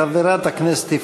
עושים בחינות,